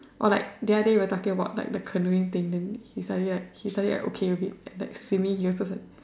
or like the other day we were talking about like the canoeing thing then he suddenly like he suddenly like okay a bit like swimming he also say